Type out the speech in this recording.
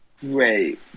great